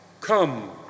Come